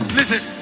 listen